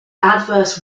adverse